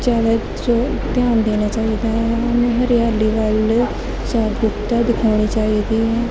ਜ਼ਿਆਦਾ ਜੋ ਧਿਆਨ ਦੇਣਾ ਚਾਹੀਦਾ ਹੈ ਸਾਨੂੰ ਹਰਿਆਲੀ ਵੱਲ ਜਾਗਰੂਕਤਾ ਦਿਖਾਉਣੀ ਚਾਹੀਦੀ ਹੈ